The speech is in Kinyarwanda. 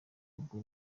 ubwo